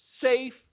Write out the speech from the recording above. safe